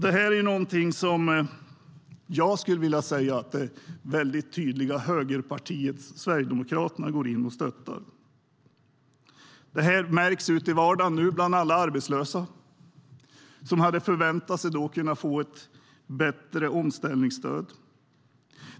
Det är någonting som det väldigt tydliga högerpartiet Sverigedemokraterna går in och stöttar. Det märks nu i vardagen bland alla arbetslösa. De hade förväntat sig att kunna få ett bättre omställningsstöd.